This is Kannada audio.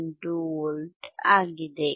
28V ಆಗಿದೆ